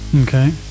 Okay